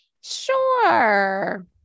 sure